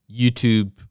YouTube